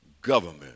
government